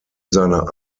seiner